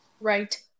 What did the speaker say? right